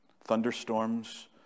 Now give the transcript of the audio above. Thunderstorms